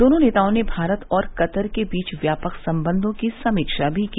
दोनों नेतओं ने भारत और कतर के बीच व्यापक सम्बंधों की समीक्षा भी की